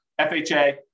FHA